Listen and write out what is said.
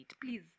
Please